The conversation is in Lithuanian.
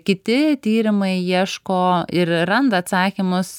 kiti tyrimai ieško ir randa atsakymus